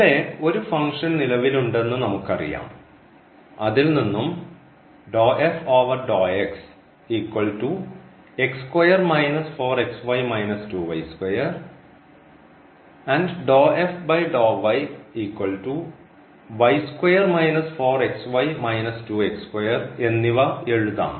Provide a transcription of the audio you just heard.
ഇവിടെ ഒരു ഫംഗ്ഷൻ നിലവിലുണ്ടെന്ന് നമുക്കറിയാം അതിൽനിന്നും എന്നിവ എഴുതാം